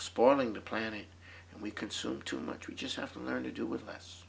spoiling the planet and we consume too much we just have to learn to do with us